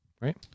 Right